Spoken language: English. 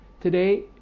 today